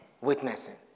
Witnessing